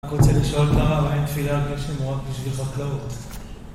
אני רק רוצה לשאול את הרב, האם תפילת גשם הוא רק בשביל חקלאות?